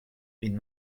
vin